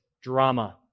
drama